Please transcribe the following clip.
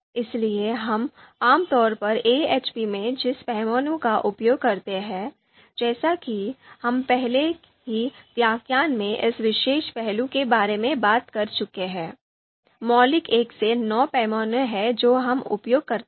इसलिए हम आमतौर पर AHP में जिस पैमाने का उपयोग करते हैं जैसा कि हम पहले ही व्याख्यान में इस विशेष पहलू के बारे में बात कर चुके हैं मौलिक 1 से 9 पैमाने है जो हम उपयोग करते हैं